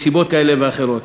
מסיבות כאלה ואחרות,